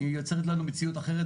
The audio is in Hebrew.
יוצרת לנו מציאות אחרת,